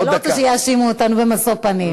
אתה לא רוצה שיאשימו אותנו במשוא פנים.